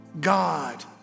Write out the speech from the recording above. God